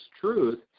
truth